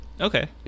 Okay